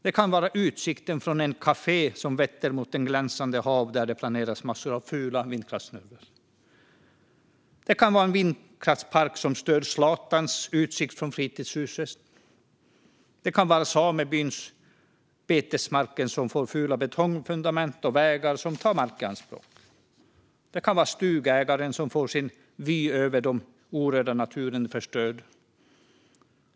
Det kan vara utsikten från ett kafé som vetter mot ett glänsande hav, där det planeras för att bygga massor av fula vindkraftssnurror. Det kan vara en vindkraftspark som stör Zlatans utsikt från fritidshuset. Det kan vara samebyns betesmarker som får fula betongfundament och vägar som tar mark i anspråk. Det kan vara stugägaren som får sin vy över den orörda naturen förstörd.